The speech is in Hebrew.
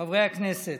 חברי הכנסת,